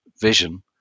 vision